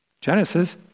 Genesis